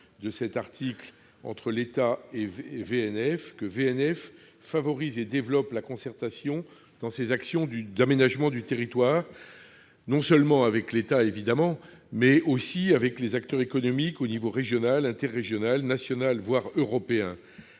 devra formellement prévoir que VNF favorise et développe la concertation sur ses actions d'aménagement du territoire, avec l'État évidemment, mais aussi avec les acteurs économiques, au niveau régional, interrégional, national, voire européen.